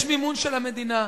יש מימון של המדינה.